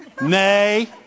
nay